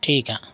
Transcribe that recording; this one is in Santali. ᱴᱷᱤᱠᱟ